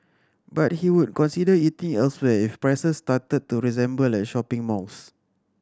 but he would consider eating elsewhere if prices started to resemble at shopping malls